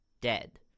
dead